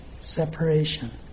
separation